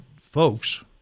folks